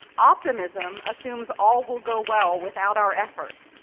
optimism assumes all will go well without our effort.